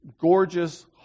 gorgeous